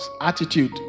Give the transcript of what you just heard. attitude